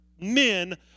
men